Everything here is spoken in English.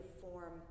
form